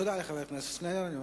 תודה רבה לחבר הכנסת שנלר.